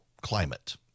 climate